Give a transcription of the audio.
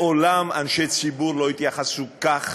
מעולם אנשי ציבור לא התייחסו כך